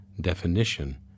definition